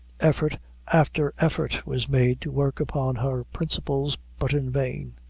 effort after effort was made to work upon her principles, but in vain.